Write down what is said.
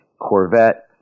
Corvette